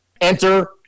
Enter